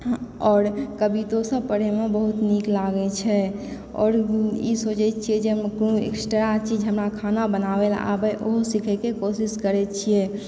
आओर कवितो सब पढ़यमे बहुत नीक लागय छै आओर ई सोचय छियै जे हम कोन एक्स्ट्रा चीज हमरा खाना बनाबैला आबय ओहु सीखयके कोशिश करय छियै